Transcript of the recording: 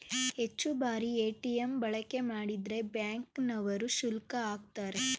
ಹೆಚ್ಚು ಬಾರಿ ಎ.ಟಿ.ಎಂ ಬಳಕೆ ಮಾಡಿದ್ರೆ ಬ್ಯಾಂಕ್ ನವರು ಶುಲ್ಕ ಆಕ್ತರೆ